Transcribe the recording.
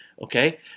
Okay